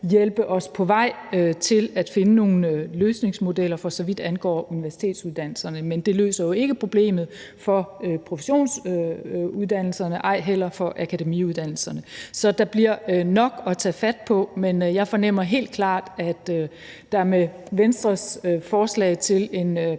hjælpe os på vej til at finde nogle løsningsmodeller, for så vidt angår universitetsuddannelserne, men det løser ikke problemet for professionsuddannelserne og ej heller for akademiuddannelserne. Så der bliver nok at tage fat på, men jeg fornemmer helt klart, at der med Venstres forslag til en